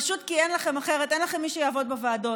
פשוט כי אחרת אין לכם לכם מי שיעבוד בוועדות.